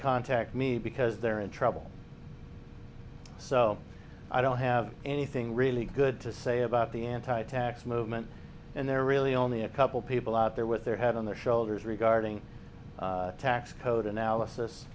contact me because they're in trouble so i don't have anything really good to say about the anti tax movement and they're really only a couple people out there with their head on their shoulders regarding the tax code analysis